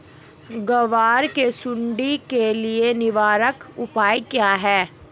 ग्वार की सुंडी के लिए निवारक उपाय क्या है?